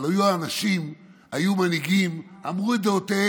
אבל היו אנשים, היו מנהיגים, אמרו את דעותיהם,